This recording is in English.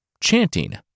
chanting